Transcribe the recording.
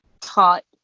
taught